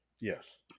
Yes